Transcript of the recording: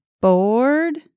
bored